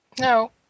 No